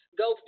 go